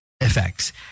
effects